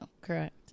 Correct